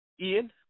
Ian